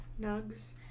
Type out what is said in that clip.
Nugs